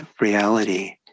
reality